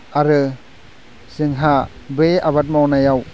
आरो जोंहा बै आबाद मावनायाव